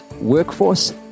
workforce